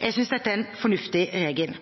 Jeg synes dette er en fornuftig regel.